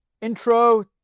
intro